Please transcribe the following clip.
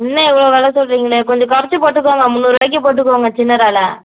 என்ன இவ்வளவு வெலை சொல்கிறீங்களே கொஞ்சம் கொறைச்சி போட்டுக்கோங்க முன்னூறுரூபாய்க்கு போட்டுக்கோங்க சின்னறாலை